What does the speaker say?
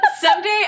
Someday